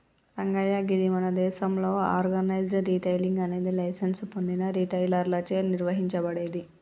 రంగయ్య గీది మన దేసంలో ఆర్గనైజ్డ్ రిటైలింగ్ అనేది లైసెన్స్ పొందిన రిటైలర్లచే నిర్వహించబడేది